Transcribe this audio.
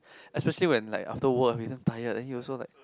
especially when like after work you damn tired then you also like